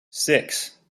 six